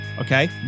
Okay